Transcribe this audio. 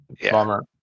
Bummer